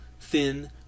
thin